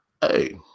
Hey